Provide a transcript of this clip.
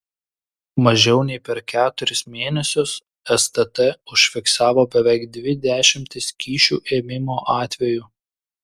mažiau nei per keturis mėnesius stt užfiksavo beveik dvi dešimtis kyšių ėmimo atvejų